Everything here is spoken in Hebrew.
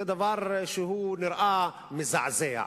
זה דבר שנראה מזעזע,